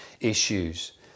issues